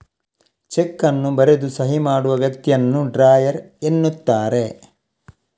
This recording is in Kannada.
ಚೆಕ್ ಅನ್ನು ಬರೆದು ಸಹಿ ಮಾಡುವ ವ್ಯಕ್ತಿಯನ್ನ ಡ್ರಾಯರ್ ಎನ್ನುತ್ತಾರೆ